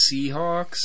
Seahawks